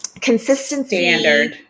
consistency